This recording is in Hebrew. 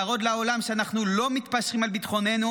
להראות לעולם שאנחנו לא מתפשרים על ביטחוננו